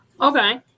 okay